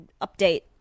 update